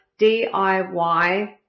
DIY